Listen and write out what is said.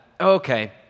okay